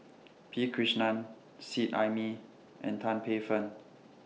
P Krishnan Seet Ai Mee and Tan Paey Fern